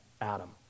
Adam